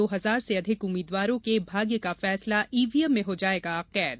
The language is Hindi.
दो हजार से अधिक उम्मीद्वारों के भाग्य का फैसला ईवीएम में हो जायेगा कैद